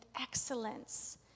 excellence